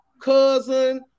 cousin